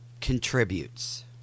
contributes